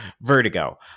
Vertigo